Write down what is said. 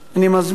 אני מזמין